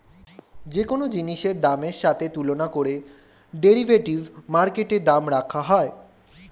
যে কোন জিনিসের দামের সাথে তুলনা করে ডেরিভেটিভ মার্কেটে দাম রাখা হয়